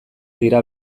dira